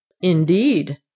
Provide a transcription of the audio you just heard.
Indeed